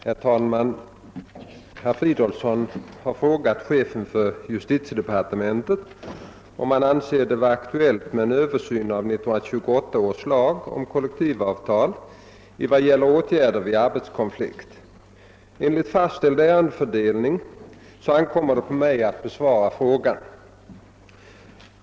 Herr talman! Herr Fridolfsson i Stockholm har frågat chefen för justitiedepartementet om han anser det vara aktuellt med en översyn av 1928 års lag om kollektivavtal i vad gäller åtgärder vid arbetskonflikt. Enligt fastställd ärendefördelning ankommer det på mig att besvara frågan.